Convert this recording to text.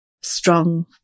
strong